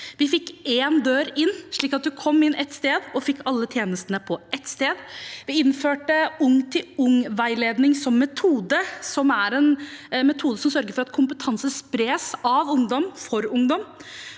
Vi fikk én dør inn, slik at man kom inn ett sted og fikk alle tjenestene på ett sted. Vi innførte ung-til-ung-veiledning som metode, en metode som sørger for at kompetanse spres av ungdom, for ungdom.